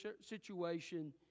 situation